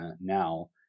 now